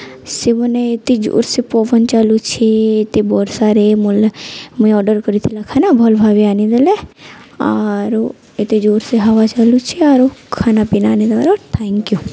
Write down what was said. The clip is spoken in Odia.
ସେମାନେ ଏତେ ଜୋର୍ସେ ପବନ୍ ଚାଲୁଛେ ଏତେ ବର୍ଷାରେ ମୋର୍ ମୁଇଁ ଅର୍ଡ଼ର୍ କରିଥିଲା ଖାନା ଭଲ୍ ଭାବେ ଆଣିଦେଲେ ଆରୁ ଏତେ ଜୋର୍ସେ ହାୱା ଚାଲୁଛେ ଆରୁ ଖାନା ପିନା ଆନିଦେବାରୁ ଥ୍ୟାଙ୍କ୍ ୟୁ